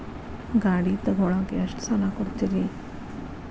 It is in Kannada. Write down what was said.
ಗಾಡಿ ತಗೋಳಾಕ್ ಎಷ್ಟ ಸಾಲ ಕೊಡ್ತೇರಿ?